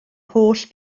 holl